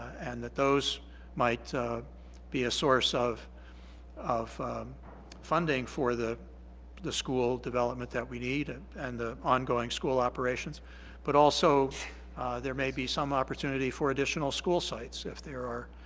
and that those might be a source of of funding for the the school development that we need and and the ongoing school operations but also there may be some opportunity for additional school sites if there are